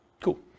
Cool